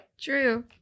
True